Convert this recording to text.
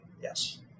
Yes